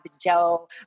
Joe